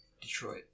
Detroit